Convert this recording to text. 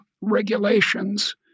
regulations